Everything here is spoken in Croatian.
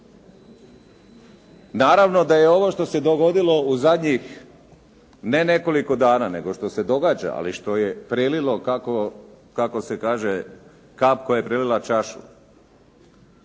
Naravno da je ovo što se dogodilo u zadnjih ne nekoliko dana, nego što se događa, ali što je prelilo kako se kaže, kap koja je prelila čašu,